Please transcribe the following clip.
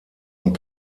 und